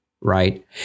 right